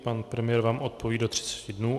Pan premiér vám odpoví do třiceti dnů.